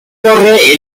corre